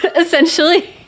essentially